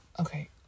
okay